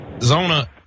zona